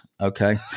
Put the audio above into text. okay